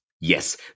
Yes